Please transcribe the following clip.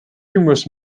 numerous